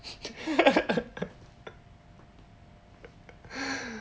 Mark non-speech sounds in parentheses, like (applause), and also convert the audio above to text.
(laughs)